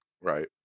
Right